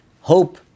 hope